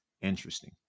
interesting